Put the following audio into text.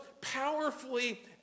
powerfully